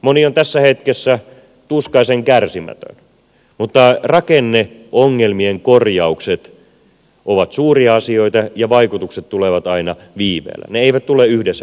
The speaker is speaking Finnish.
moni on tässä hetkessä tuskaisen kärsimätön mutta rakenneongelmien korjaukset ovat suuria asioita ja vaikutukset tulevat aina viiveellä ne eivät tule yhdessä yössä